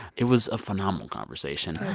it was a phenomenal conversation.